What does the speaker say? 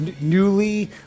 newly